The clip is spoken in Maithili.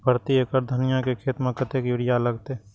प्रति एकड़ धनिया के खेत में कतेक यूरिया लगते?